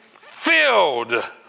filled